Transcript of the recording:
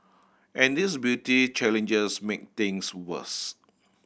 and these beauty challenges make things worse